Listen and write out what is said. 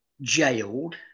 jailed